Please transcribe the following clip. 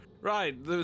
Right